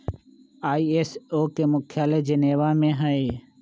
ISO के मुख्यालय Geneva में हइ